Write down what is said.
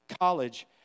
college